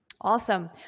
Awesome